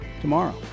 tomorrow